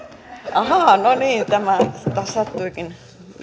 ahaa no niin tämä sattuikin